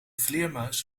vleermuis